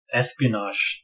espionage